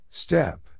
Step